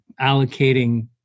allocating